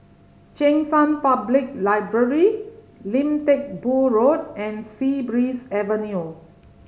Cheng San Public Library Lim Teck Boo Road and Sea Breeze Avenue